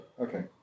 Okay